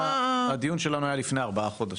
הדיון שלנו היה לפני ארבעה חודשים.